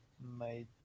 made